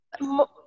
more